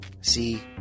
See